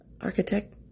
Architect